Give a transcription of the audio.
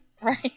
right